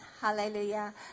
Hallelujah